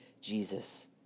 Jesus